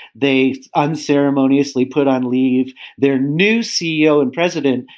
they unceremoniously put on leave their new ceo and president,